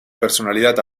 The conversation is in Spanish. personalidad